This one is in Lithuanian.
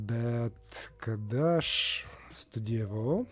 bet kada aš studijavau